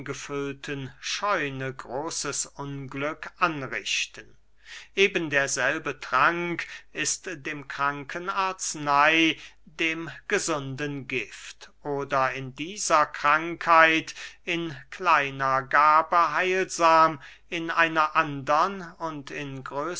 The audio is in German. angefüllten scheune großes unglück anrichten eben derselbe trank ist dem kranken arzney dem gesunden gift oder in dieser krankheit in kleiner gabe heilsam in einer andern und